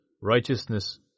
righteousness